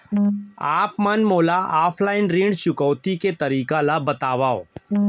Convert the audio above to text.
आप मन मोला ऑफलाइन ऋण चुकौती के तरीका ल बतावव?